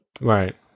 Right